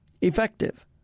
effective